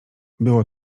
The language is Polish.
było